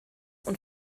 und